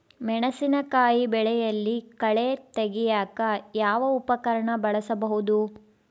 ಮೆಣಸಿನಕಾಯಿ ಬೆಳೆಯಲ್ಲಿ ಕಳೆ ತೆಗಿಯಾಕ ಯಾವ ಉಪಕರಣ ಬಳಸಬಹುದು?